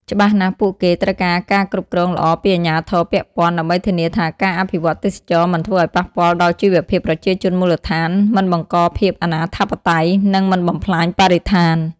ច្បាស់ណាស់ពួកគេ ត្រូវការការគ្រប់គ្រងល្អពីអាជ្ញាធរពាក់ព័ន្ធ ដើម្បីធានាថាការអភិវឌ្ឍទេសចរណ៍មិនធ្វើឱ្យប៉ះពាល់ដល់ជីវភាពប្រជាជនមូលដ្ឋាន មិនបង្កភាពអនាធិបតេយ្យ និងមិនបំផ្លាញបរិស្ថាន។